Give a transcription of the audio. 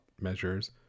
measures